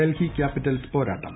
Delhi Capitals പോരാട്ടം